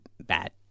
bad